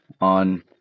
on